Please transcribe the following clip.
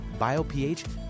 BioPH